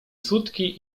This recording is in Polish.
sutki